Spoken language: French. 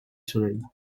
soleil